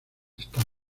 están